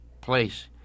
place